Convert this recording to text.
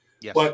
Yes